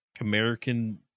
American